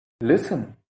Listen